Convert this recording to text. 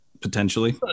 potentially